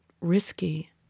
risky